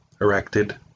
erected